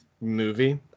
movie